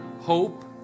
hope